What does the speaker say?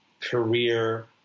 career